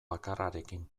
bakarrarekin